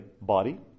body